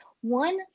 One